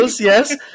yes